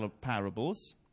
parables